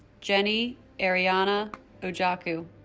jenny ayrianna ojiaku